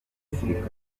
gisirikare